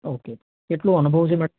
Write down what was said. okay કેટલો અનુભવ છે મે